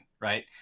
right